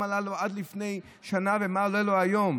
כמה עלה לו עד לפני שנה ומה עולה לו היום.